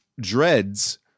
dreads